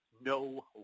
no